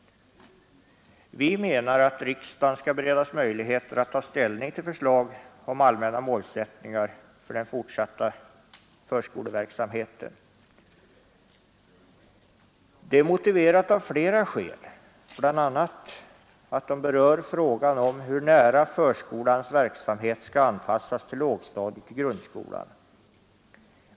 Vi menar att riksdagen skall beredas möjlighet att ta ställning till förslag om allmänna målsättningar för den fortsatta förskoleverksamheten. Det är motiverat av flera skäl, bl.a. av att de berör frågan om hur nära förskolans verksamhet skall anpassas till lågstadiet i grundskolan.